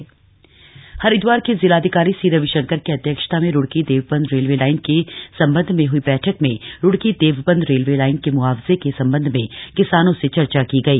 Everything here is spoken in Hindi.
रेलवे लाइन बैठक हरिदवार के जिलाधिकारी सी रविशंकर की अध्यक्षता में रूड़की देवबन्द रेलवे लाईन के सम्बन्ध में हई बैठक में रूड़की देवबन्द रेलवे लाईन के म्आवजे के सम्बन्ध में किसानों से चर्चा की गई